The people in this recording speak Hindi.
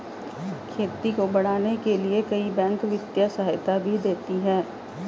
खेती को बढ़ाने के लिए कई बैंक वित्तीय सहायता भी देती है